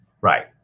Right